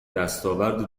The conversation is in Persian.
دستاورد